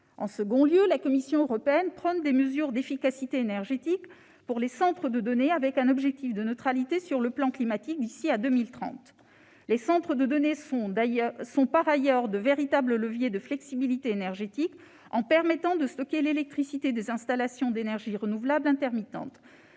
En second lieu, la Commission européenne prône des mesures d'efficacité énergétique pour les centres de données, avec un objectif de neutralité sur le plan climatique d'ici à 2030. Les centres de données sont par ailleurs de véritables leviers de flexibilité énergétique, puisqu'ils permettent de stocker l'électricité des installations d'énergies renouvelables intermittentes.